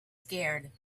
scared